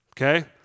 Okay